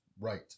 right